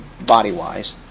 body-wise